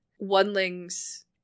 one-lings